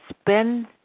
Spend